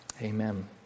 Amen